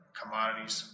commodities